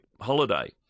holiday